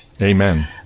Amen